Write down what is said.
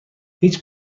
هیچ